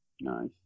Nice